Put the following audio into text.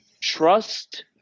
trust